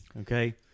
Okay